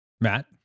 Matt